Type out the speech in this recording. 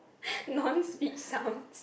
non speech sounds